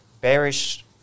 bearish